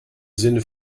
sinne